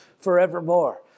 forevermore